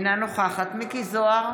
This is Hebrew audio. אינה נוכחת מכלוף מיקי זוהר,